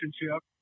relationship